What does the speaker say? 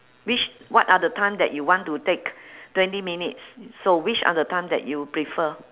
which what are the time that you want to take twenty minutes so which are the time that you prefer